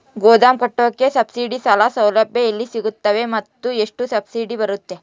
ಗೋದಾಮು ಕಟ್ಟೋಕೆ ಸಬ್ಸಿಡಿ ಸಾಲ ಸೌಲಭ್ಯ ಎಲ್ಲಿ ಸಿಗುತ್ತವೆ ಮತ್ತು ಎಷ್ಟು ಸಬ್ಸಿಡಿ ಬರುತ್ತೆ?